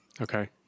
okay